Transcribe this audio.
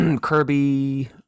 Kirby